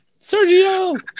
Sergio